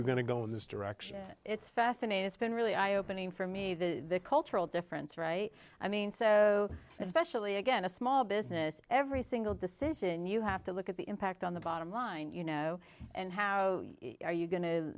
you're going to go in this direction it's fascinating it's been really eye opening for me the cultural difference right i i mean so especially again a small business every single decision you have to look at the impact on the bottom line you know and how are you going to